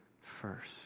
first